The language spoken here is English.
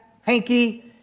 hanky